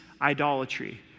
idolatry